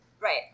right